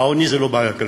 העוני זה לא בעיה כלכלית.